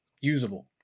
usable